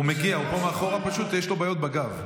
הוא מגיע, הוא פה מאחור, פשוט יש לו בעיות בגב.